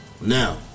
Now